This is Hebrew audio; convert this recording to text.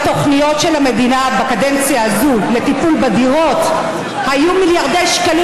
לתוכניות של המדינה בקדנציה הזאת לטיפול בדירות היו מיליארדי שקלים.